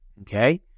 Okay